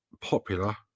popular